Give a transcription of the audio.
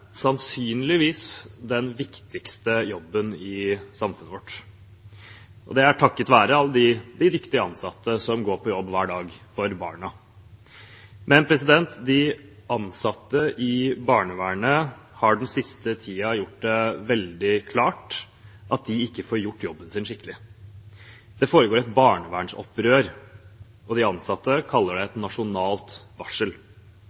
sannsynligvis den viktigste jobben i samfunnet vårt, og det er takket være alle de viktige ansatte som går på jobb hver dag – for barna. Men de ansatte i barnevernet har den siste tiden gjort det veldig klart at de ikke får gjort jobben sin skikkelig. Det foregår et barnevernsopprør, og de ansatte kaller det et nasjonalt varsel